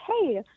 hey